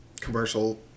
commercial